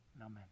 amen